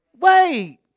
wait